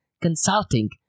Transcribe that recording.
consulting